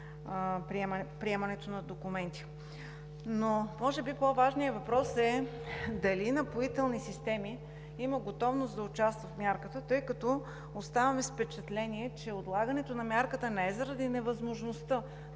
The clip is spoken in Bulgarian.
приемането на документи. Но може би по-важният въпрос е дали Напоителни системи има готовност да участва в мярката, тъй като оставаме с впечатление, че отлагането на мярката не е заради невъзможността